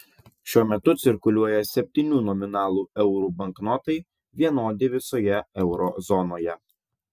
šiuo metu cirkuliuoja septynių nominalų eurų banknotai vienodi visoje euro zonoje